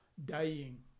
Dying